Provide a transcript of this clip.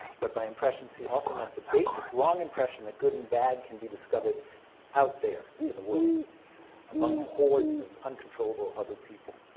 but by impressions he also meant the basic wrong impression that good and bad can be discovered out there in the world among hordes of uncontrollable other people.